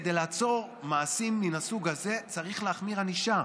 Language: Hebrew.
כדי לעצור מעשים מן הסוג הזה צריך להחמיר ענישה.